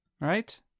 Right